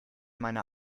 meiner